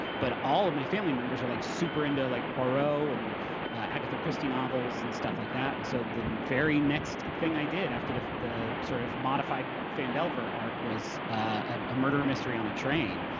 but all of my family members are like super into and like poirot so and agatha christie novels and stuff like that. and so the very next thing i did after the the sort of modified phandelver arc was ah a murder mystery on a train,